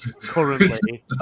currently